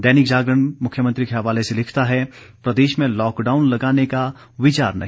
दैनिक जागरण मुख्यमंत्री के हवाले से लिखता है प्रदेश में लॉकडाउन लगाने का विचार नहीं